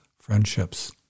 friendships